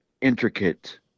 intricate